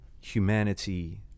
humanity